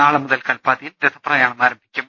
നാളെ മുതൽ കല്പാത്തിയിൽ രഥപ്രയാണം ആരംഭിക്കും